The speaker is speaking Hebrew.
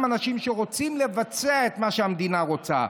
אנשים שרוצים לבצע את מה שהמדינה רוצה,